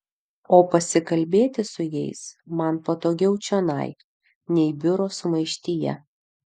o pasikalbėti su jais man patogiau čionai nei biuro sumaištyje